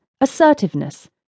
assertiveness